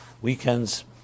weekends